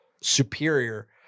superior